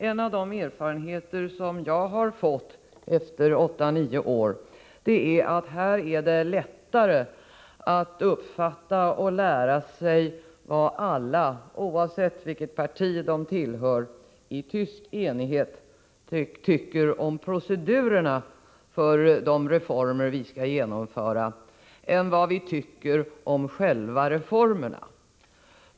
En av de erfarenheter som jag har fått efter åtta nio år är att det är lättare att uppfatta och lära sig vad alla, oavsett vilket parti de tillhör, i tyst enighet tycker om procedurerna för de reformer vi skall genomföra än vad vi tycker om själva reformerna.